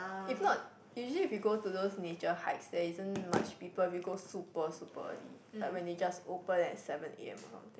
if not usually if you go to those nature hikes there isn't much people if you go super super early like when they just open at seven a_m or something